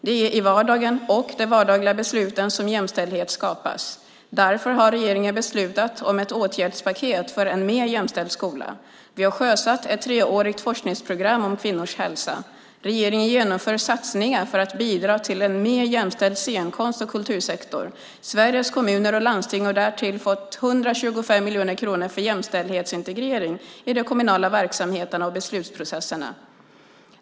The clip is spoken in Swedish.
Det är i vardagen och i de vardagliga besluten som jämställdhet skapas. Därför har regeringen beslutat om ett åtgärdspaket för en mer jämställd skola. Vi har sjösatt ett treårigt forskningsprogram om kvinnors hälsa. Regeringen genomför satsningar för att bidra till en mer jämställd scenkonst och kultursektor. Sveriges Kommuner och Landsting har därtill fått 125 miljoner kronor för jämställdhetsintegrering i de kommunala verksamheterna och beslutsprocesserna.